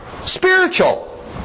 Spiritual